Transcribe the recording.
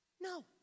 No